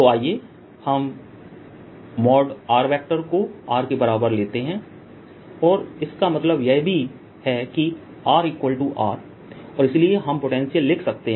Vr14π0qr2d2 2drcosθqr2d2 2rdcosθ14π0qr1dr2 2drcosθ12qd1rd2 2 rdcosθ12 तो आइए हम rको R के बराबर लेते हैं या इसका मतलब यह भी है की rR और इसलिए हम पोटेंशियल लिख सकते हैं